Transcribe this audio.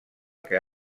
que